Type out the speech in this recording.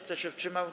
Kto się wstrzymał?